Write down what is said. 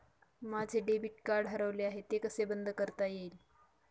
माझे debit card हरवले आहे ते कसे बंद करता येईल?